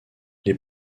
les